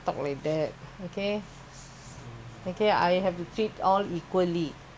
never mind don't talk on all this sister is sister